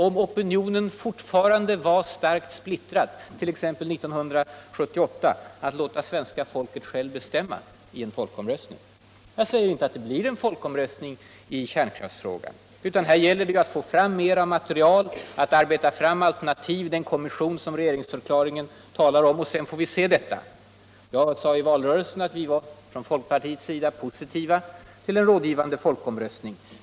om opinionen förtfarande vore starkt splittrad 1. ex. 1978. att låta svenska folket självt bestämma i en folkomröstning? Jag säger inte att det blir en folkomröstning I kärnkraftsfrågan, utan här gäller det avt få fram mera matertal och att arbeta fram alternativ i den kommission som regeringsförklaringen talar om. Sedan får vi se på detta. Jag sade i valrörelsen att vi från folkpartiets sida var positiva tvill en rådgivande fölkomröstning.